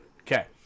okay